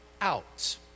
out